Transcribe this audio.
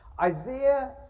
Isaiah